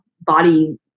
body